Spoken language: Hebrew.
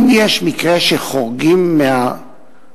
אם יש מקרה שחורגים מההוראות